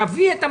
תביא את המדד.